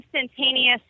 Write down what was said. instantaneous